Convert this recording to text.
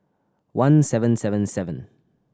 one seven seven seven